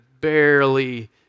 barely